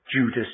Judas